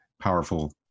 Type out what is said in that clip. powerful